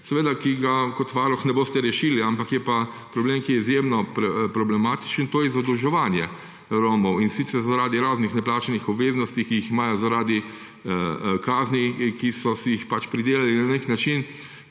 problem, ki ga kot varuh seveda ne boste rešili, ampak je problem, ki je izjemno problematičen, to je zadolževanje Romov, in sicer zaradi raznih neplačanih obveznosti, ki jih imajo zaradi kazni, ki so si jih na nek način